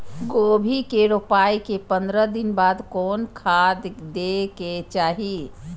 गोभी के रोपाई के पंद्रह दिन बाद कोन खाद दे के चाही?